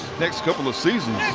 next couple of seasons?